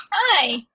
Hi